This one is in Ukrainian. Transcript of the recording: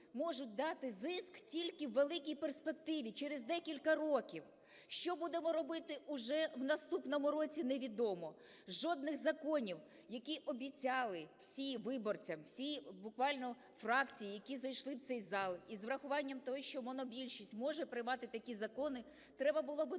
можуть дати зиск тільки у великій перспективі через декілька років. Що будемо робити уже в наступному році – невідомо. Жодних законів, які обіцяли всі виборцям, всі буквально фракції, які зайшли в цей зал, і врахуванням того, що монобільшість може приймати такі закони, треба було би